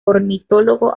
ornitólogo